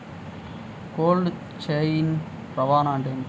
Cold chain రవాణా అంటే ఏమిటీ?